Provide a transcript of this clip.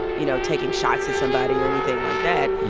you know, taking shots at somebody or anything like that.